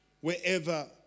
wherever